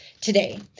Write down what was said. today